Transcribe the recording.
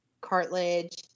cartilage